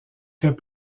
fait